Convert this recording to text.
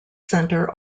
center